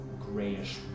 grayish